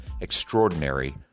Extraordinary